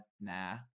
nah